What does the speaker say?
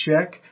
check